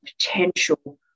potential